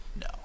No